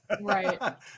Right